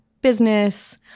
business